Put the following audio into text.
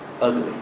ugly